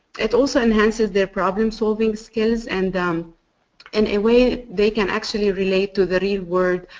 it also enhances their problem solving skills and um in a way they can actually relate to the real world